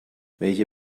welche